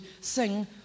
sing